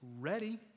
ready